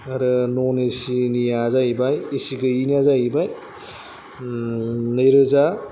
आरो न'न एसिनिआ जाहैबाय एसि गैयैना जाहैबाय नैरोजा